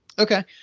Okay